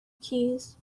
keys